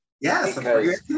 Yes